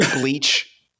bleach